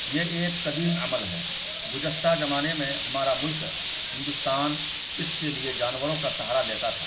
یہ ایک قدیم عمل ہے گزشتہ زمانے میں ہمارا ملک ہندوستان اس کے لیے جانوروں کا سہارا لیتا تھا